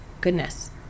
goodness